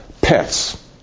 pets